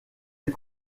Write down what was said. est